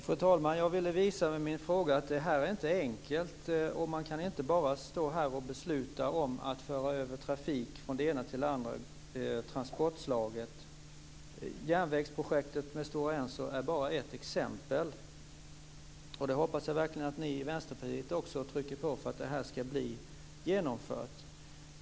Fru talman! Jag ville med min fråga visa att det här inte är enkelt. Man kan inte bara besluta om att föra över trafik från det ena transportslaget till det andra. Stora Ensos järnvägsprojekt är bara ett exempel, och jag hoppas verkligen att också ni i Vänsterpartiet trycker på för att det ska bli genomfört.